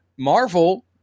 Marvel